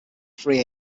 free